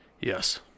Yes